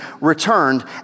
returned